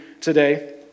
today